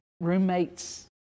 roommate's